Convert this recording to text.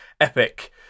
epic